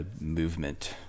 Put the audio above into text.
movement